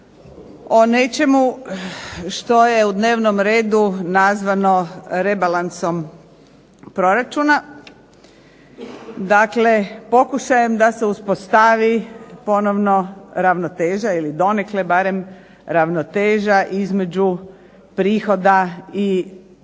o nečemu što je u dnevnom redu nazvano rebalansom proračuna, dakle pokušajem da se uspostavi ponovno ravnoteža ili donekle barem ravnoteža između prihoda i rashoda